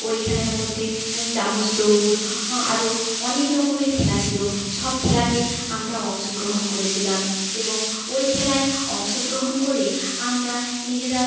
ওইখানের মধ্যে চামচ দৌড় আরও অনেক রকমের খেলা ছিল সব খেলাতে আমরা অংশগ্রহণ করেছিলাম এবং ওই খেলায় অংশগ্রহণ করে আমরা নিজেরা